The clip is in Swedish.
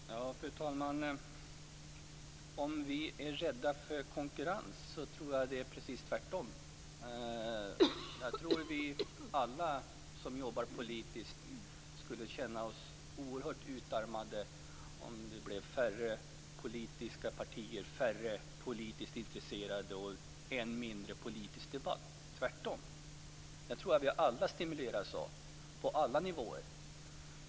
Fru talman! När det gäller frågan om vi är rädda för konkurrens tror jag att det är precis tvärtom. Jag tror att vi alla som jobbar politiskt skulle känna det som oerhört utarmande om det blev färre politiska partier, färre politiskt intresserade och än mindre politisk debatt. Det tror jag att vi alla stimuleras av på alla nivåer.